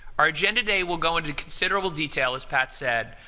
our agenda today will go into considerable detail, as pat said,